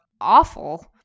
awful